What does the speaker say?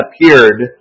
appeared